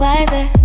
Wiser